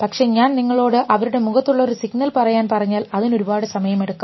പക്ഷേ ഞാൻ നിങ്ങളോട് അവരുടെ മുഖത്തുള്ള ഒരു സിഗ്നൽ പറയാൻ പറഞ്ഞാൽ അതിന് ഒരുപാട് സമയമെടുക്കും